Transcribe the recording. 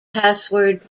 password